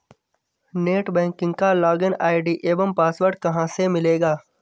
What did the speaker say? Net banking का login ID एवं password कहाँ से मिलेगा?